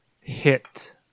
hit